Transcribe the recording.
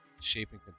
shaping